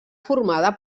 formada